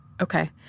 Okay